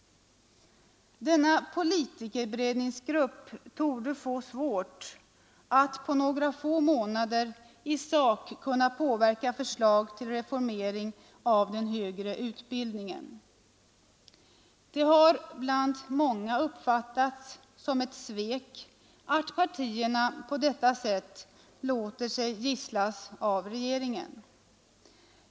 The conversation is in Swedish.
Denna politikerberedning torde få svårt att på några få månader i sak kunna påverka förslag till reformering av den högre utbildningen. Det har av många uppfattats som ett svek att partierna på detta sätt låter sig gisslas av regeringen.